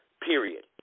period